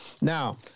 Now